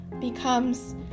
becomes